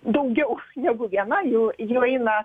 daugiau negu viena jų jų eina